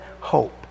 hope